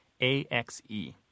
A-X-E